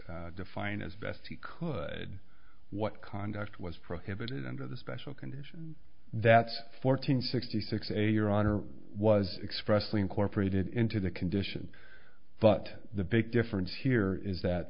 define as best he could what conduct was prohibited under the special conditions that's fourteen sixty six eight your honor was expressly incorporated into the condition but the big difference here is that